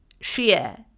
share